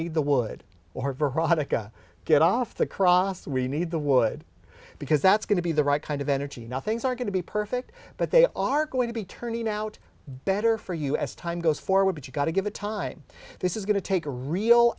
need the wood or veronica get off the cross we need the wood because that's going to be the right kind of energy now things are going to be perfect but they are going to be turning out better for you as time goes forward but you've got to give it time this is going to take a real